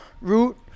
Root